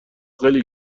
خیلی